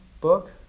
book